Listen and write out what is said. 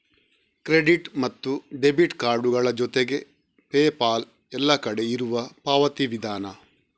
credit ಮತ್ತು debit ಕಾರ್ಡುಗಳ ಜೊತೆಗೆ ಪೇಪಾಲ್ ಎಲ್ಲ ಕಡೆ ಇರುವ ಪಾವತಿ ವಿಧಾನ